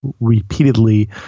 repeatedly